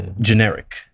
generic